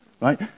Right